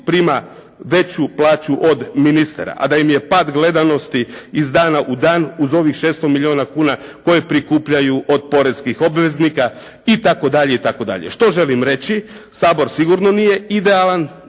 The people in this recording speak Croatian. prima veću plaću od ministara, a da im je pad gledanosti iz dana u dan uz ovih 600 milijuna kuna koje prikupljaju od poreskih obveznika itd. Što želim reći? Sabor sigurno nije idealan,